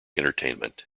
entertainment